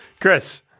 Chris